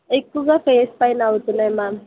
ఎక్కువగా ఫేస్ పైన అవుతున్నాయి మ్యామ్